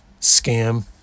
Scam